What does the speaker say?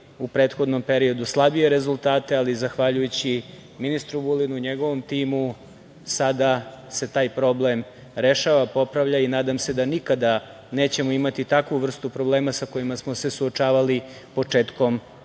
u prethodnom periodu slabije rezultate, ali zahvaljujući ministru Vulinu i njegovom timu sada se taj problem rešava, popravlja i nadam se da nikada nećemo imati takvu vrstu problema sa kojima smo se suočavali početkom